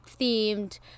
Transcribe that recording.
themed